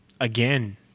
Again